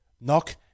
Knock